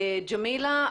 ג'מילה.